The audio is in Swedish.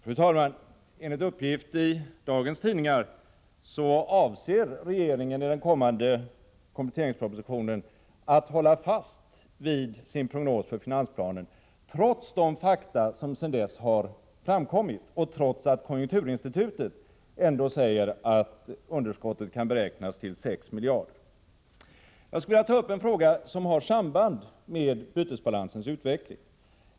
Fru talman! Enligt uppgift i dagens tidningar avser regeringen att i den kommande kompletteringspropositionen hålla fast vid sin prognos från finansplanen, trots de fakta som sedan dess har framkommit och trots att konjunkturinstitutet säger att underskottet kan beräknas till 6 miljarder. Jag skulle vilja ta upp en fråga som har samband med bytesbalansutvecklingen.